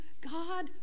God